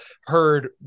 heard